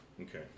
Okay